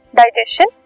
digestion